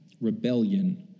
rebellion